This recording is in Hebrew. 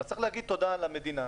אז צריך להגיד תודה למדינה,